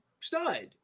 stud